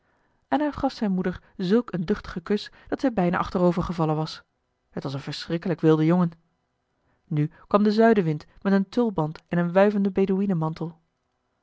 en hij gaf zijn moeder zulk een duchtigen kus dat zij bijna achterover gevallen was het was een verschrikkelijk wilde jongen nu kwam de zuidenwind met een tulband en een